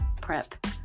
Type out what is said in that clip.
prep